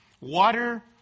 water